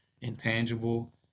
intangible